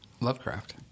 Lovecraft